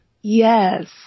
Yes